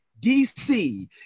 DC